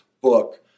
book